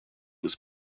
was